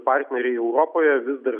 partneriai europoje vis dar